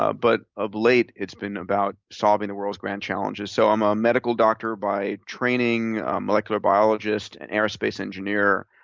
ah but of late, it's been about solving the world's grand challenges. so i'm a medical doctor by training, molecular biologist and aerospace engineer.